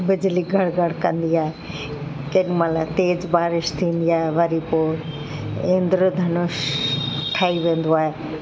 बिजली घढ़ घढ़ कंदी आहे केॾीमहिल तेज बारिश थींदी आहे वरी पोइ इंद्र धनुष ठही वेंदो आहे